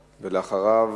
ואחריו,